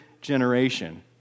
generation